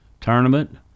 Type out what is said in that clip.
tournament